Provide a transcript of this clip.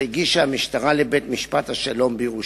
הגישה המשטרה לבית-משפט השלום בירושלים.